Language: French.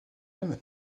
même